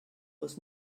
was